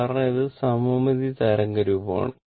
കാരണം ഇത് സമമിതി തരംഗരൂപമാണ്